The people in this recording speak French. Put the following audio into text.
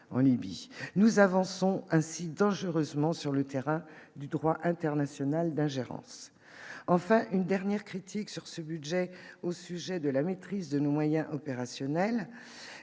nous avançons ainsi dangereusement sur le terrain du droit international d'ingérence, enfin, une dernière critique sur ce budget au sujet de la maîtrise de nos moyens opérationnels,